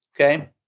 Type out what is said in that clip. okay